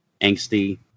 angsty